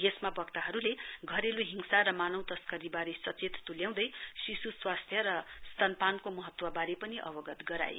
यसमा वक्ताहरूले घरेलु हिंसा र मानव तस्करीबारे सचेत तुल्याउँदै शिशु स्वास्थ्य र स्तनपानको महत्वबारे पनि अवगत गराए